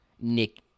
Nick